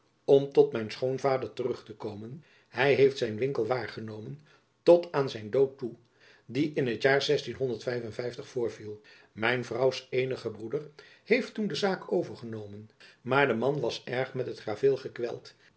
om tot mijn schoonvader terug te komen hy heeft zijn winkel waargenomen tot aan zijn dood toe die in t jaar voorviel mijn vrouws eenige broeder jacob van lennep elizabeth musch heeft toen de zaak overgenomen maar de man was erg met het graveel gekweld